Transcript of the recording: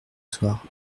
soir